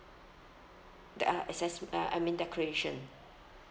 the I R S S uh I mean declaration